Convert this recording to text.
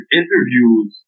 interviews